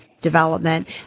development